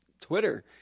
Twitter